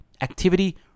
activity